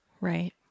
Right